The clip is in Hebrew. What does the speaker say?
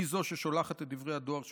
היא ששולחת את דברי הדואר שהודפסו.